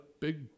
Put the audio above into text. big